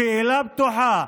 שאלה פתוחה.